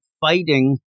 fighting